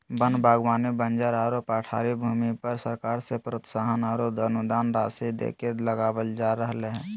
वन बागवानी बंजर आरो पठारी भूमि पर सरकार से प्रोत्साहन आरो अनुदान राशि देके लगावल जा रहल हई